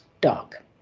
dark